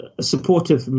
supportive